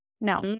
No